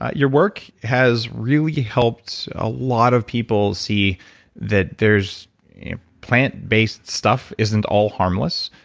ah your work has really helped a lot of people see that there's plant-based stuff isn't all harmless,